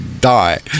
die